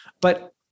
But-